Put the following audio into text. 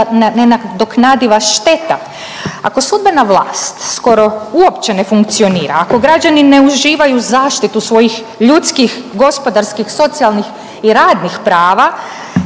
nenadoknadiva šteta. Ako sudbena vlast skoro uopće ne funkcionira, ako građani ne uživaju zaštitu svojih ljudskih, gospodarskih, socijalnih i radnih prava